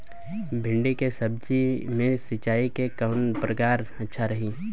भिंडी के सब्जी मे सिचाई के कौन प्रकार अच्छा रही?